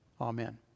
Amen